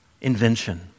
invention